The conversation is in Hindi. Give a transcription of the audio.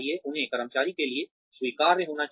उन्हें कर्मचारी के लिए स्वीकार्य होना चाहिए